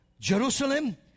Jerusalem